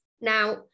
Now